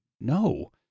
No